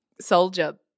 soldier